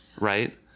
right